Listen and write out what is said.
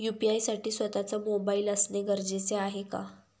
UPI साठी स्वत:चा mobile असणे गरजेचे आहे का?